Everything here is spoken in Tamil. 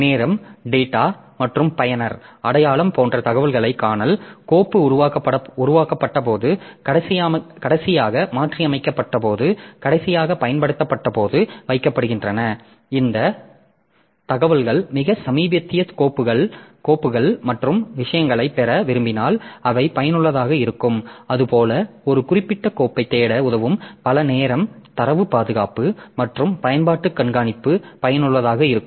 நேரம் டேட்டா மற்றும் பயனர் அடையாளம் போன்ற தகவல்கள் காணல் கோப்பு உருவாக்கப்பட்ட போது கடைசியாக மாற்றியமைக்கப்பட்டபோது கடைசியாக பயன்படுத்தப்பட்டபோது வைக்கப்படுகின்றன இந்த தகவல்கள் மிகச் சமீபத்திய கோப்புகள் மற்றும் விஷயங்களைப் பெற விரும்பினால் அவை பயனுள்ளதாக இருக்கும் அது போல ஒரு குறிப்பிட்ட கோப்பைத் தேட உதவும் பல நேரம் தரவு பாதுகாப்பு மற்றும் பயன்பாட்டு கண்காணிப்புக்கு பயனுள்ளதாக இருக்கும்